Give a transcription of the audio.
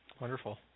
Wonderful